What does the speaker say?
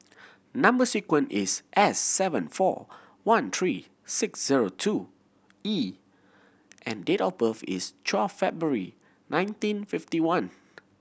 number sequence is S seven four one three six zero two E and date of birth is twelve February nineteen fifty one